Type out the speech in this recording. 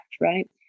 right